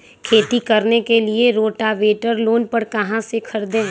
खेती करने के लिए रोटावेटर लोन पर कहाँ से खरीदे?